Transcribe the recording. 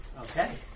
Okay